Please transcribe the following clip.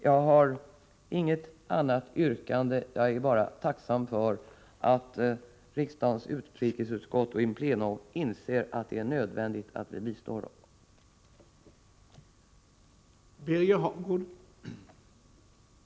Jag har inget yrkande, utan är bara tacksam för att riksdagens utrikesutskott och vi här in pleno inser att det är nödvändigt att bistå människorna i Afghanistan.